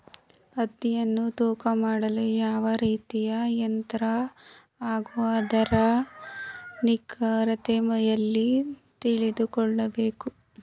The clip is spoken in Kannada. ಹತ್ತಿಯನ್ನು ತೂಕ ಮಾಡಲು ಯಾವ ರೀತಿಯ ಯಂತ್ರ ಹಾಗೂ ಅದರ ನಿಖರತೆ ಎಲ್ಲಿ ತಿಳಿದುಕೊಳ್ಳಬೇಕು?